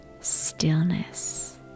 stillness